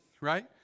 right